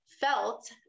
felt